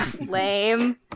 Lame